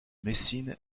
messine